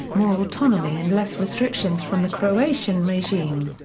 more autonomy and less restrictions from the croatian regime.